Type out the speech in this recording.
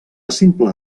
simple